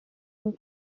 and